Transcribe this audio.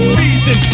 reason